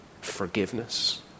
Forgiveness